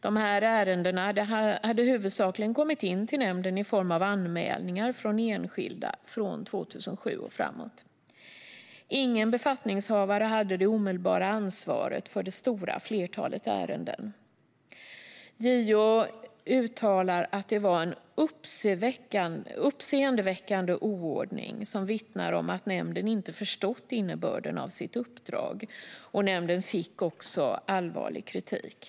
Dessa ärenden hade huvudsakligen kommit in till nämnden i form av anmälningar från enskilda från 2007 och framåt. Ingen befattningshavare hade det omedelbara ansvaret för det stora flertalet ärenden. JO uttalar att det var en uppseendeväckande oordning som vittnar om att nämnden inte förstått innebörden av sitt uppdrag. Nämnden fick allvarlig kritik.